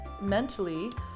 mentally